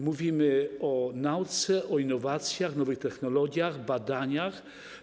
Mówimy o nauce, o innowacjach, nowych technologiach, badaniach.